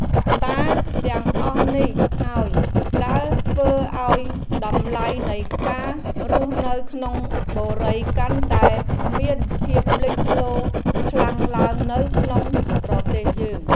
កត្តាទាំងអស់នេះហើយដែលធ្វើឱ្យតម្លៃនៃការរស់នៅក្នុងបុរីកាន់តែមានភាពលេចធ្លោខ្លាំងឡើងនៅក្នុងប្រទេសយើង។